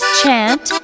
chant